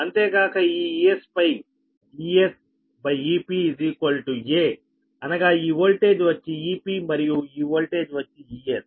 అంతేకాక ఈ Esఫై EsEpaఅనగా ఈ వోల్టేజ్ వచ్చి Epమరియు ఈ వోల్టేజ్ వచ్చి Es